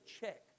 check